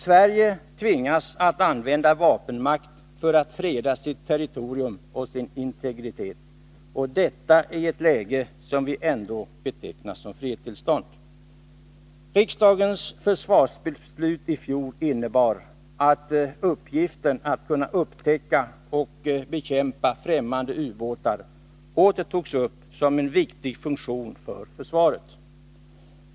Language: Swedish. Sverige tvingas att använda vapenmakt för att freda sitt territorium och sin integritet — och detta i ett läge som vi ändå betecknar som fredstillstånd. Riksdagens försvarsbeslut i fjol innebar att uppgiften att kunna upptäcka och bekämpa främmande ubåtar åter togs upp som en viktig funktion för försvaret.